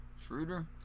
Schroeder